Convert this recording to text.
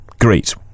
Great